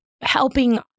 helping